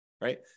right